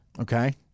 Okay